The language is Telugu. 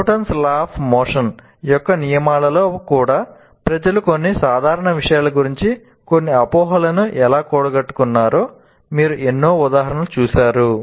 న్యూటన్స్ లాస్ అఫ్ మోషన్ యొక్క నియమాలలో కూడా ప్రజలు కొన్ని సాధారణ విషయాల గురించి కొన్ని అపోహలను ఎలా కూడబెట్టుకున్నారో మీరు ఎన్నో ఉదాహరణలు చూసారు